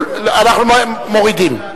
מורידים.